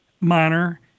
Minor